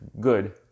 good